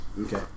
Okay